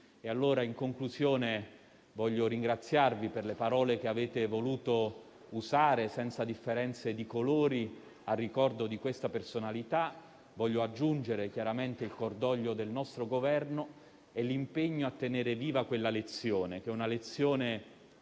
In conclusione, voglio ringraziarvi per le parole che avete voluto usare, senza differenze di colori, nel ricordo di questa personalità. Aggiungo chiaramente il cordoglio del Governo e l'impegno a tenere viva quella lezione: una lezione